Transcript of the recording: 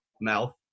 mouth